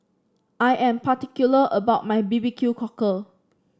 I am particular about my B B Q Cockle